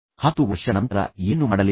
10 ವರ್ಷಗಳ ನಂತರ ನೀವು ಏನು ಮಾಡಲಿದ್ದೀರಿ